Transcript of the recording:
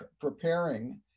preparing